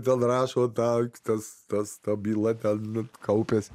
ten rašo tą tas tas ta byla ten kaupiasi